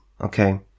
Okay